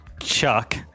Chuck